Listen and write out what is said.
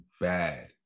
bad